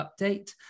Update